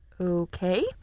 Okay